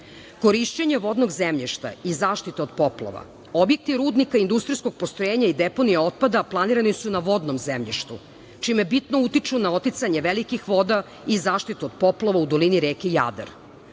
otpada. Korišćenje vodnog zemljišta i zaštita od poplava, objekti rudnika, industrijskog postrojenja i deponija otpada planirani su na vodnom zemljištu čime bitno utiču na oticanje velikih voda i zaštitu od poplava u dolini reke Jadar.